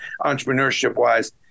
entrepreneurship-wise